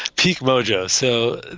peak moja. so